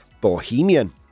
bohemian